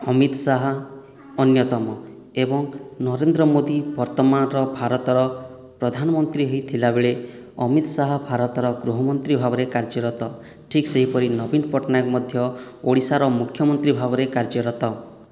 ଅମିତ ସାହା ଅନ୍ୟତମ ଏବଂ ନରେନ୍ଦ୍ର ମୋଦୀ ବର୍ତ୍ତମାନର ଭାରତର ପ୍ରଧାନମନ୍ତ୍ରୀ ହୋଇଥିଲା ବେଳେ ଅମିତ ସାହା ଭାରତର ଗୃହମନ୍ତ୍ରୀ ଭାବରେ କାର୍ଯ୍ୟରତ ଠିକ୍ ସେହିପରି ନବୀନ ପଟ୍ଟନାୟକ ମଧ୍ୟ ଓଡ଼ିଶାର ମୁଖ୍ୟମନ୍ତ୍ରୀ ଭାବରେ କାର୍ଯ୍ୟରତ